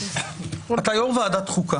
אתה יושב ראש ועדת חוקה.